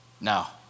Now